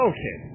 Okay